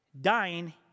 dying